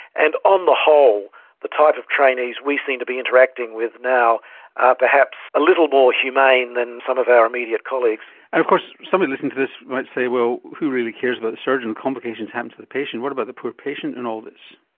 and on the whole the type of trainees we seem to be interacting with now are perhaps a little more humane than some of our immediate colleagues. and of course somebody listening this might say, well, who really cares about the surgeon? complications happen to the patient, what about the poor patient in all this?